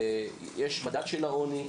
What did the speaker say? יש מדד של העוני,